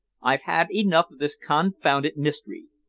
i've had enough of this confounded mystery.